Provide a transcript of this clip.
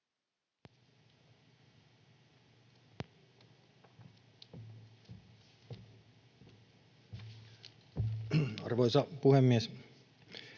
Arvoisa puhemies!